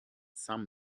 some